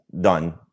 done